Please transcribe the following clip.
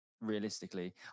realistically